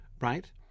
right